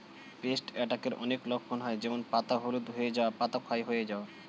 paste অ্যাটাকের অনেক লক্ষণ হয় যেমন পাতা হলুদ হয়ে যাওয়া, পাতা ক্ষয় যাওয়া